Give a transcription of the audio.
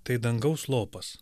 tai dangaus lopas